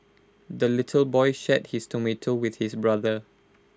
the little boy shared his tomato with his brother